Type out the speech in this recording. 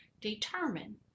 determine